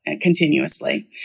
Continuously